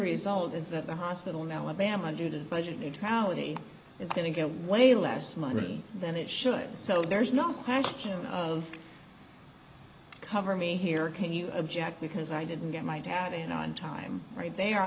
result is that the hospital in alabama due to budget neutrality is going to get way less money than it should so there's not hacking of cover me here can you object because i didn't get my dad in on time right the